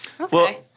Okay